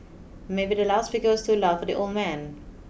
maybe the loud speaker's was too loud for the old man